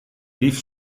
lief